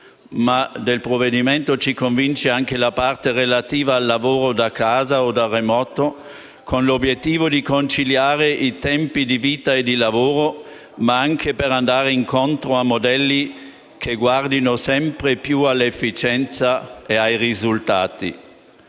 Tuttavia, esso ci convince anche nella parte relativa al lavoro da casa o da remoto, che ha l'obiettivo di conciliare i tempi di vita e di lavoro, andando incontro a modelli che guardino sempre più all'efficienza e ai risultati.